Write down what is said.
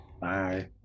bye